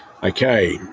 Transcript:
okay